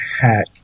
.hack